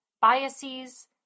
biases